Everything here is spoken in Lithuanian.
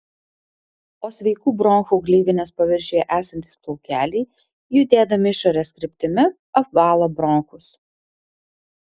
o sveikų bronchų gleivinės paviršiuje esantys plaukeliai judėdami išorės kryptimi apvalo bronchus